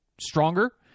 stronger